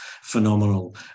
phenomenal